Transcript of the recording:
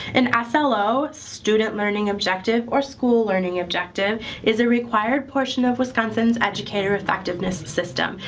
an ah slo student learning objective or school learning objective is a required portion of wisconsin's educator effectiveness system.